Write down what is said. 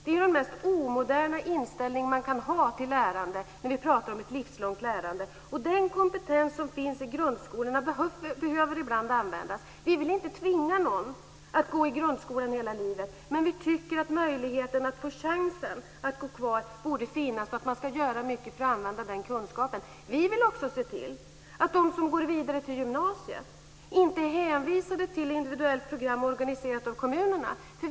Det är den mest omoderna inställning till lärande man kan ha när vi pratar om ett livslångt lärande. Den kompetens som finns i grundskolorna behöver ibland användas. Vi vill inte tvinga någon att gå i grundskolan hela livet, men vi tycker att möjligheten att få chansen att gå kvar borde finnas och att man ska göra mycket för att använda den kunskapen. Vi vill också se till att de som går vidare till gymnasiet inte är hänvisade till ett individuellt program organiserat av kommunerna.